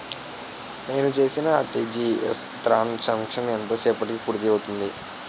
నేను చేసిన RTGS transaction ఎంత సేపటికి పూర్తి అవుతుంది?